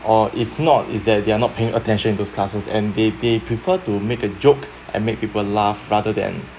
or if not is that they are not paying attention in those classes and they they prefer to make a joke and make people laugh rather than